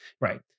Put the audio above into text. Right